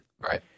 Right